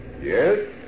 Yes